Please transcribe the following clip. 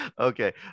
Okay